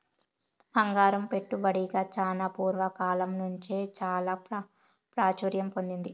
బంగారం పెట్టుబడిగా చానా పూర్వ కాలం నుంచే చాలా ప్రాచుర్యం పొందింది